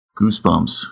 Goosebumps